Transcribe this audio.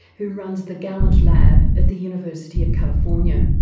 who runs the gallant lab at the university of california.